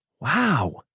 Wow